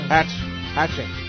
Hatching